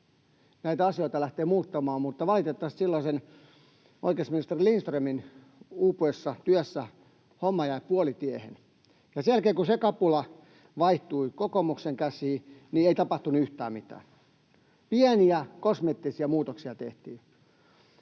näitä asioita lähteä muuttamaan, mutta valitettavasti silloisen oikeusministerin Lindströmin upeassa työssä homma jäi puolitiehen. Sen jälkeen, kun se kapula vaihtui kokoomuksen käsiin, ei tapahtunut yhtään mitään — pieniä kosmeettisia muutoksia tehtiin.